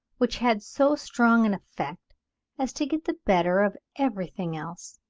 which had so strong an effect as to get the better of everything else.